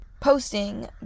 posting